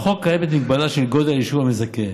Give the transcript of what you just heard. בחוק קיימת מגבלה של גודל היישוב המזכה,